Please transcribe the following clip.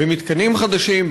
במתקנים חדשים,